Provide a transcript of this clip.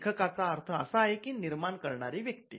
लेखकाचा अर्थ असा आहे की निर्माण करणारी व्यक्ती